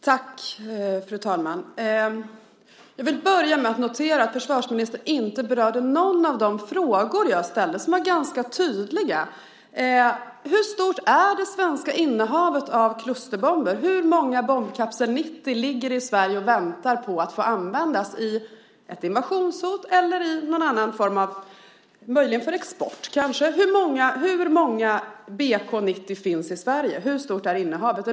Fru talman! Jag vill börja med att notera att försvarsministern inte berörde någon av de frågor jag ställde som var ganska tydliga. Hur stort är det svenska innehavet av klusterbomber? Hur många bombkapsel 90 ligger i Sverige och väntar på att få användas i ett invasionshot eller i någon annan form - möjligen för export, kanske? Hur många BK 90 finns i Sverige? Hur stort är innehavet?